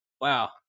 Wow